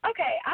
Okay